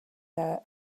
their